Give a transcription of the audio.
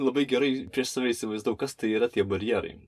labai gerai prieš save įsivaizdavau kas tai yra tie barjerai